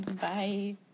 Bye